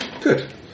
Good